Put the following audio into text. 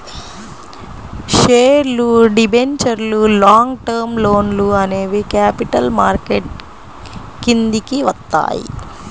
షేర్లు, డిబెంచర్లు, long term లోన్లు అనేవి క్యాపిటల్ మార్కెట్ కిందికి వత్తయ్యి